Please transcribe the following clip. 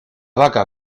vaca